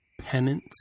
penance